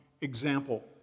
example